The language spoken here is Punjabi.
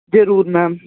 ਜ਼ਰੂਰ ਮੈਮ